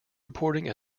reporting